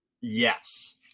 yes